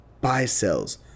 buy-sells